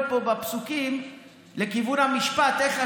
זה גם,